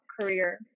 career